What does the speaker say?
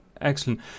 Excellent